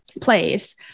place